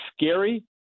scary